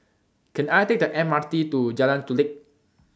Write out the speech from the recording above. Can I Take The M R T to Jalan Chulek